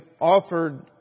offered